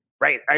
right